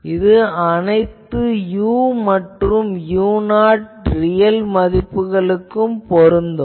இது அனைத்து u and u0 real மதிப்புகளுக்கும் பொருந்தும்